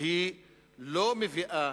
שלא מביאה